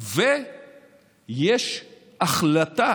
ויש החלטה